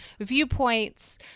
viewpoints